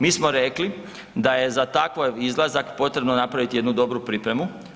Mi smo rekli da je za takav izlazak potrebno napraviti jednu dobru pripremu.